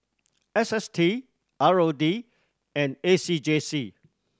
S S T R O D and A C J C